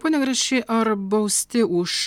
pone grašy ar bausti už